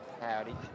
Howdy